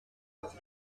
heures